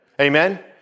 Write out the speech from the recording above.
Amen